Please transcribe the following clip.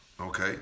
Okay